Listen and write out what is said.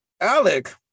Alec